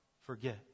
forget